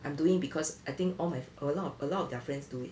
I am doing because I think all my a lot of a lot of their friends do it